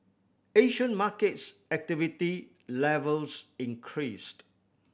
Asian markets activity levels increased